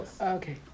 okay